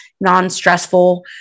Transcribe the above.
non-stressful